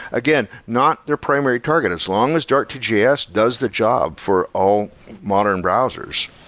again, not their primary target. as long as dart to js does the job for all modern browsers,